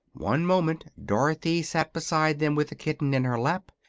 one moment dorothy sat beside them with the kitten in her lap,